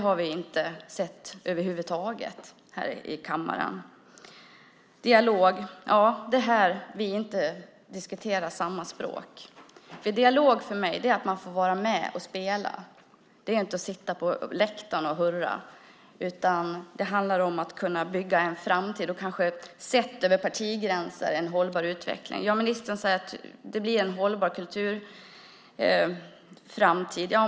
När det gäller att ha en dialog tycker jag inte att vi har samma språk. Dialog för mig är att man får vara med och spela och inte sitta på läktaren och hurra. Det handlar om att över partigränserna bygga en framtid och en hållbar utveckling. Ministern säger att det blir en hållbar kulturframtid.